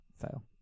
fail